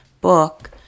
book